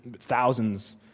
thousands